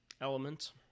element